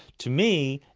to me,